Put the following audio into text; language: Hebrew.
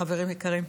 חברים יקרים,